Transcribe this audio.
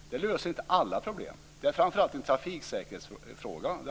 Nya vägar löser inte alla problem. Det handlar framför allt om trafiksäkerhet.